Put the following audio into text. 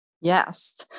Yes